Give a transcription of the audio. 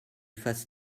fasses